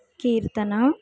ಕೀರ್ತನ